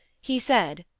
he said,